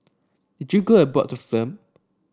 did you go abroad to film